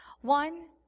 One